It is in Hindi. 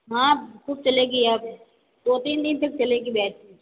हाँ बहुत चलेगी अब दो तीन दिनों तक चलेगी बैटरी